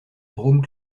drôme